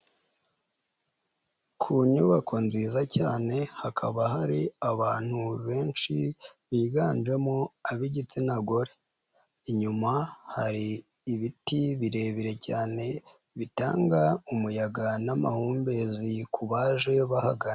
Ku nyubako nziza cyane hakaba hari abantu benshi higanjemo ab'igitsina gore, inyuma hari ibiti birebire cyane bitanga umuyaga n'amahumbezi ku baje bahagana.